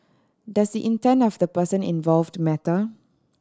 does the intent of the person involved matter